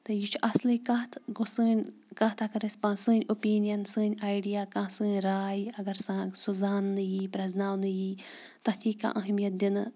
تہٕ یہِ چھُ اَصلٕے کَتھ گوٚو سٲنۍ کَتھ اگر اَسہِ سٲنۍ اوٚپیٖنِیَن سٲنۍ آیڈِیا کانٛہہ سٲنۍ راے اگر سا سُہ زاننہٕ ییہِ پرٛزناونہٕ ییی تَتھ ییی کانٛہہ اہمیت دِنہٕ